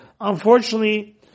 unfortunately